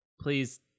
please